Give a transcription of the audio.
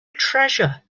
treasure